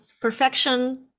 perfection